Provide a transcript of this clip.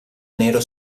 nero